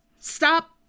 Stop